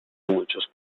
muchos